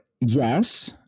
yes